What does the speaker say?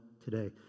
today